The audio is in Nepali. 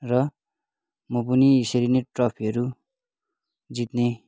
र म पनि यसरी नै ट्रफीहरू जित्ने